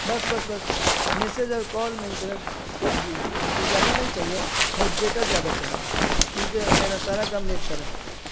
بس بس بس میسج اور کال مینٹیننس جی تو زیادہ نہیں چاہیے بس ڈیٹا زیادہ چاہیے کیونکہ میرا سارا کام نیٹ پر ہے